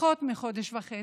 פחות מחודש וחצי,